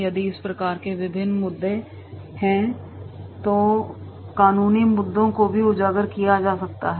यदि इस प्रकार के विभिन्न मुद्दे हैं तो कानूनी मुद्दों को भी उजागर किया जा सकता है